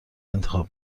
انتخاب